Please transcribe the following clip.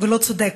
ולא צודק.